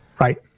Right